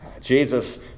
Jesus